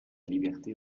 liberté